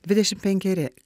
dvidešimt penkeri